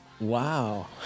Wow